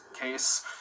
case